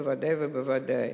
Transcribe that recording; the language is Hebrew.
בוודאי ובוודאי.